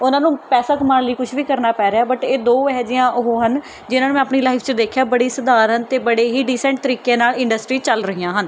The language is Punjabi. ਉਹਨਾਂ ਨੂੰ ਪੈਸਾ ਕਮਾਉਣ ਲਈ ਕੁਛ ਵੀ ਕਰਨਾ ਪੈ ਰਿਹਾ ਬਟ ਇਹ ਦੋ ਇਹ ਜਿਹੀਆਂ ਉਹ ਹਨ ਜਿਹਨਾਂ ਨੂੰ ਮੈਂ ਆਪਣੀ ਲਾਈਫ਼ 'ਚ ਦੇਖਿਆ ਬੜੀ ਸਧਾਰਨ ਅਤੇ ਬੜੇ ਹੀ ਡੀਸੈਂਟ ਤਰੀਕੇ ਨਾਲ਼ ਇੰਡਸਟਰੀ ਚੱਲ ਰਹੀਆਂ ਹਨ